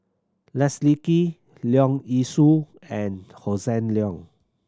Leslie Kee Leong Yee Soo and Hossan Leong